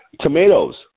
Tomatoes